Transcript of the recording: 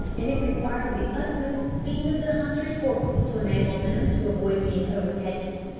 and it required the utmost speed of the hunters' horses to enable them to avoid being overtaken.